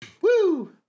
Woo